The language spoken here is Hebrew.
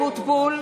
אבוטבול,